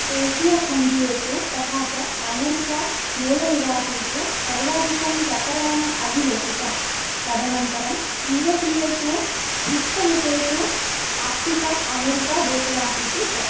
एशियाखण्ड्येषु तथा च आमेरिका मूलनिवासिषु सर्वाधिकं प्रकरणम् अभिलेखितं तदनन्तरं यूरोपीयेषु हिस्वनिकेषु आफ़्रिका आमेरिका देशवासिषु च